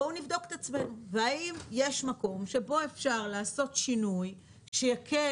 בואו נבדוק את עצמנו והאם יש מקום שבו אפשר לעשות שינוי שיקל